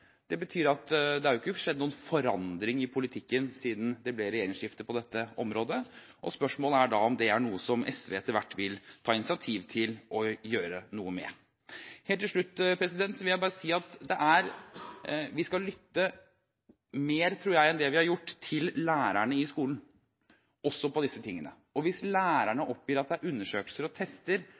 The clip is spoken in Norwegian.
Det betyr at det ikke er skjedd noen forandring i politikken på dette området siden det ble regjeringsskifte. Spørsmålet er da om det er noe som SV etter hvert vil ta initiativ til å gjøre noe med. Helt til slutt vil jeg bare si at vi skal lytte mer, tror jeg, enn det vi har gjort, til lærerne i skolen også i disse tingene. Hvis lærerne oppgir at det er undersøkelser og tester